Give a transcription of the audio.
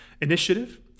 initiative